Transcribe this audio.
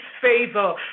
favor